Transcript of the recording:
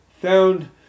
found